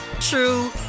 true